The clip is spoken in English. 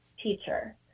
teacher